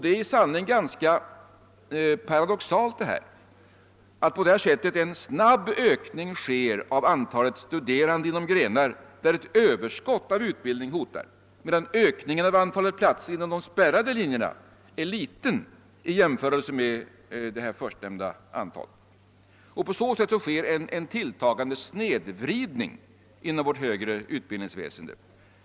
Det är i sanning ganska paradoxalt att på detta sätt en snabb ökning äger rum av antalet studerande inom de grenar där ett överskott av utbildning hotar, medan ökningen av antalet platser inom de spärrade linjerna är liten i jämförelse med det förstnämnda antalet. På så sätt sker en tilltagande snedvridning inom vårt högre utbildningsväsende.